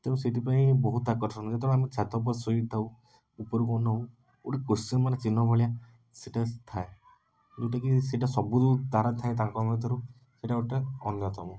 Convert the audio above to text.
ତେଣୁ ସେଇଥିପାଇଁ ବହୁତ ଆକର୍ଷଣ ହୁଏ ଯେତେବେଳେ ଆମେ ଛାତ ଉପରେ ଶୋଇଥାଉ ଉପରକୁ ଅନୋଉ ଗୋଟେ କୋସ୍ଚୀନ୍ ମାନେ ଚିନ୍ହ ଭଳିଆ ସେଇଟା ଥାଏ ଯେଉଁଟାକି ସେଇଟା ସବୁ ଯେଉଁ ତାରା ଥାଏ ତାଙ୍କ ମଧ୍ୟରୁ ସେଇଟା ଗୋଟେ ଅନ୍ୟତମ